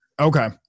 Okay